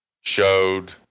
showed